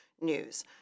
news